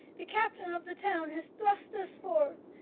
the captain of the town hath thrust us forth,